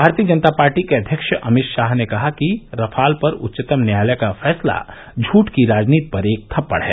भारतीय जनता पार्टी के अध्यक्ष अमित शाह ने कहा है कि रफाल पर उच्चतम न्यायालय का फैसला झूठ की राजनीति पर एक थप्पड़ है